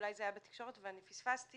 אולי זה היה בתקשורת ואני פספסתי,